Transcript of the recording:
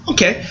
Okay